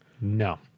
No